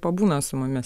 pabūna su mumis